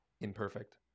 imperfect